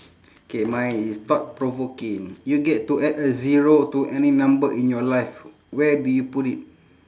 K mine is thought provoking you get to add a zero to any number in your life where do you put it